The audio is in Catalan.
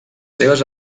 seves